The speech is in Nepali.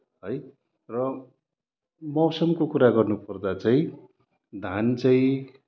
है र मौसमको कुरा गर्नपर्दा चाहिँ धान चाहिँ